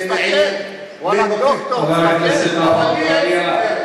תסתכל, וואלכ, דוקטור, תסתכל.